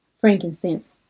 frankincense